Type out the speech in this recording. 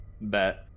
Bet